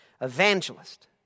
evangelist